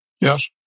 Yes